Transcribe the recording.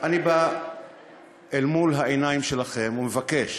אני בא אל מול העיניים שלכם ומבקש